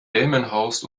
delmenhorst